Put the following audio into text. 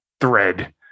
thread